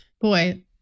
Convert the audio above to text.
boy